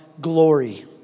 glory